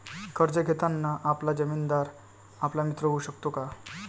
कर्ज घेताना आपला जामीनदार आपला मित्र होऊ शकतो का?